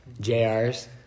JRs